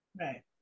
Right